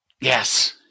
Yes